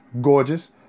Gorgeous